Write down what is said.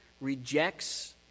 ...rejects